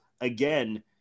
again